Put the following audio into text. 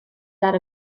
that